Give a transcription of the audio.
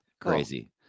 crazy